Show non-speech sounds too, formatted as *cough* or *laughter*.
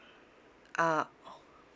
ah *breath*